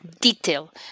detail